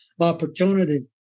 opportunity